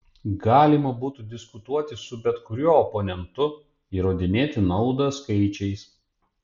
galima būtų diskutuoti su bet kuriuo oponentu įrodinėti naudą skaičiais